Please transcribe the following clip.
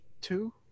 two